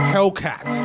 Hellcat